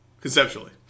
Conceptually